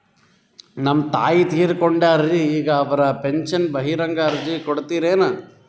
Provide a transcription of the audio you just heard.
ನಮ್ ತಾಯಿ ತೀರಕೊಂಡಾರ್ರಿ ಈಗ ಅವ್ರ ಪೆಂಶನ್ ಬರಹಂಗ ಅರ್ಜಿ ಕೊಡತೀರೆನು?